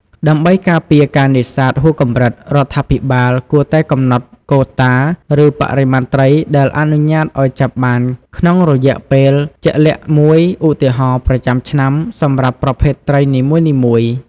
ដើម្បីការពារការនេសាទហួសកម្រិត រដ្ឋាភិបាលគួរតែកំណត់កូតា ឬបរិមាណត្រីដែលអនុញ្ញាតឲ្យចាប់បានក្នុងរយៈពេលជាក់លាក់មួយ ឧទាហរណ៍ ប្រចាំឆ្នាំ សម្រាប់ប្រភេទត្រីនីមួយៗ។